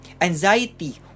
Anxiety